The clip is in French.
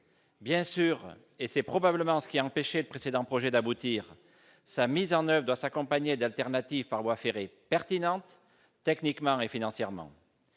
Bien sûr, et c'est probablement ce qui a empêché le précédent projet d'aboutir, sa mise en oeuvre doit s'accompagner de solutions de remplacement par voies ferrées pertinentes, techniquement et financièrement.